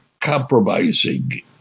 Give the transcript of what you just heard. compromising